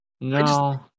no